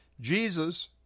Jesus